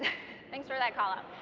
thanks for that call out.